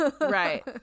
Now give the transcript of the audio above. right